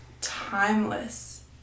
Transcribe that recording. timeless